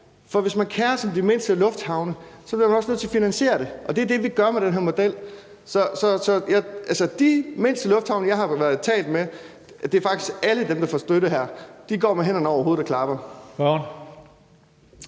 For hvis man kerer sig om de mindste lufthavne, bliver man også nødt til at finansiere det, og det er det, vi gør med den her model. Så altså, de mindste lufthavne, jeg har talt med, og det er faktisk alle dem, der får støtte her, går med hænderne over hovedet og klapper.